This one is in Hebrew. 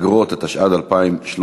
(אגרות), התשע"ד 2013,